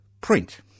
print